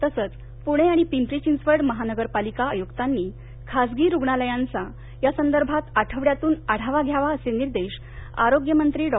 तसच पुणे आणि पिंपरी चिंचवड महापालिका आयुक्तांनी खासगी रुग्णालयांचा या संदर्भात आठवङ्यातून आढावा घ्यावा असे निर्देश आरोग्य मंत्री डॉ